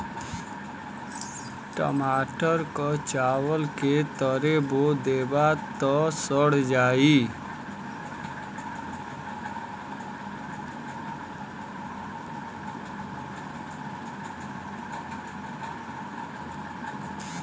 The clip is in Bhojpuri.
टमाटर क चावल के तरे बो देबा त सड़ जाई